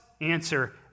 answer